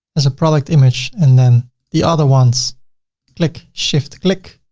as a product image and then the other ones click shift, click,